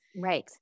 Right